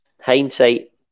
Hindsight